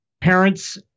parents